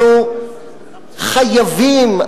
אנחנו חייבים,